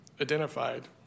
identified